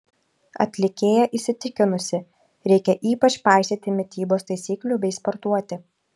atlikėja įsitikinusi reikia ypač paisyti mitybos taisyklių bei sportuoti